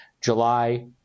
July